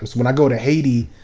when i go to haiti,